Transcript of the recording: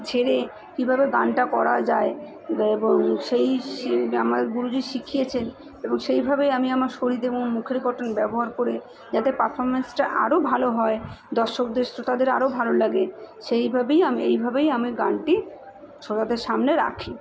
ছেড়ে কীভাবে গানটা করা যায় এবং সেই আমার গুরুজি শিখিয়েছেন এবং সেইভাবেই আমি আমার শরীর এবং মুখের গঠন ব্যবহার করে যাতে পারফর্ম্যান্সটা আরো ভালো হয় দর্শকদের শ্রোতাদের আরো ভালো লাগে সেইভাবেই আমি এইভাবেই আমি গানটি শ্রোতাদের সামনে রাখি